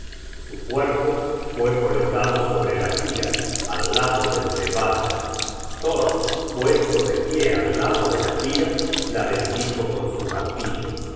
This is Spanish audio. su cuerpo fue colocado sobre la pira al lado del de balder thor puesto de pie al lado de la pira la bendijo con su martillo